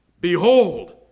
Behold